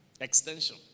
extension